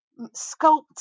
sculpt